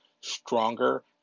stronger